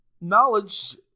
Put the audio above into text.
knowledge